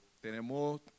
Tenemos